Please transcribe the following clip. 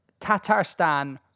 Tatarstan